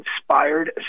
inspired